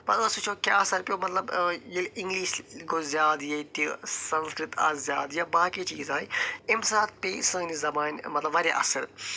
مطلب أسۍ وُچھو کیٛاہ اَثر پٮ۪و مطلب ییٚلہِ انگلِش گوٚو زیادٕ ییٚتہِ سنسکرٛت آو زیادٕ یا باقٕے چیٖز آے اَمہِ ساتہِ پییٚہ سٲنِس زبانہِ مطلب واریاہ اثر